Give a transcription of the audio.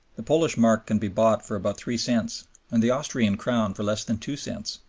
the polish mark can be bought for about three cents and the austrian crown for less than two cents,